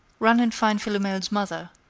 run and find philomel's mother,